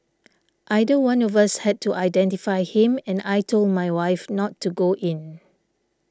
either one of us had to identify him and I told my wife not to go in